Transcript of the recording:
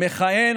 הוא מכהן,